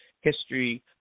History